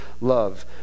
love